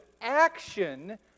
action